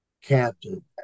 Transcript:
captain